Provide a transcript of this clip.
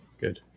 good